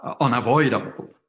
unavoidable